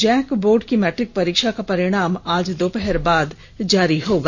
Jack board की matric परीक्षा का परिणाम आज दोपहर बाद जारी होगा